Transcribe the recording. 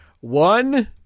one